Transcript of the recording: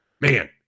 man –